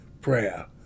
prayer